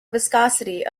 viscosity